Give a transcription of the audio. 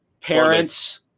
Parents